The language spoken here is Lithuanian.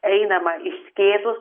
einama išskėtus